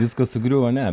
viskas sugriuvo ne